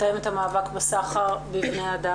מתאמת את המאבק בסחר בבני-אדם,